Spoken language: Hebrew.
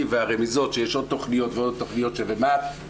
ומהרמיזות שיש עוד תכניות ועוד תכניות ומה"ט,